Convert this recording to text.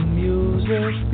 music